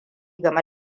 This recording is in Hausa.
game